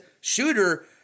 shooter